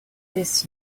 this